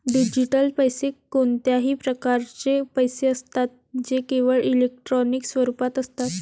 digital पैसे हे कोणत्याही प्रकारचे पैसे असतात जे केवळ इलेक्ट्रॉनिक स्वरूपात असतात